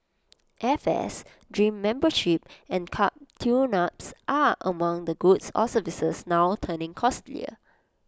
airfares gym memberships and car tuneups are among the goods or services now turning costlier